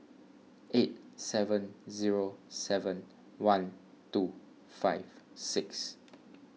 eight seven zero seven one two five six